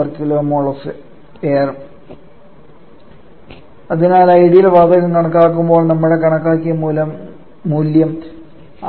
6 3503 𝑘𝐽𝑘𝑚𝑜𝑙 𝑜𝑓 𝑎𝑖𝑟 അതിനാൽ ഐഡിയൽ വാതകം കണക്കാക്കുമ്പോൾ നമ്മുടെ കണക്കാക്കിയ മൂല്യം